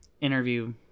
interview